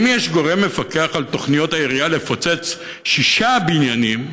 האם יש גורם מפקח על תוכניות העירייה לפוצץ שישה בניינים,